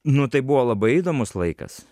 nu tai buvo labai įdomus laikas